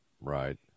Right